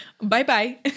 bye-bye